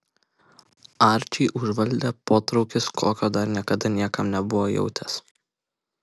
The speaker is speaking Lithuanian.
arčį užvaldė potraukis kokio dar niekada niekam nebuvo jautęs